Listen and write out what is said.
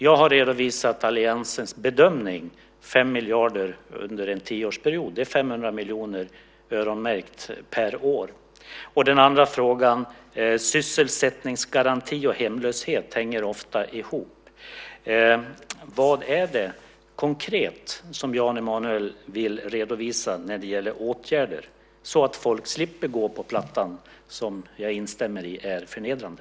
Jag har redovisat alliansens bedömning, som är 5 miljarder under en tioårsperiod. Det är 500 miljoner öronmärkta per år. Det andra området gäller sysselsättningsgaranti och hemlöshet, som ofta hänger ihop. Vad är det konkret som Jan Emanuel vill redovisa när det gäller åtgärder, så att folk slipper gå på Plattan? Jag instämmer i att det är förnedrande.